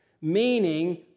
meaning